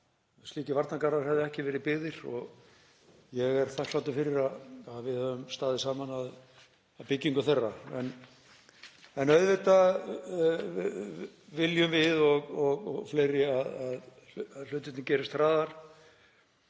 slíkir varnargarðar hefðu ekki verið byggðir og ég er þakklátur fyrir að við höfum staðið saman að byggingu þeirra. En auðvitað viljum við og fleiri að hlutirnir gerist hraðar.